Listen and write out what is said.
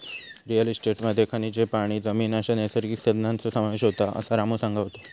real इस्टेटमध्ये खनिजे, पाणी, जमीन अश्या नैसर्गिक संसाधनांचो समावेश होता, असा रामू सांगा होतो